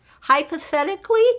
Hypothetically